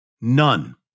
None